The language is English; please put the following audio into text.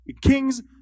kings